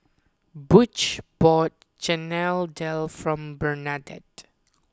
Butch bought Chana Dal for Bernadette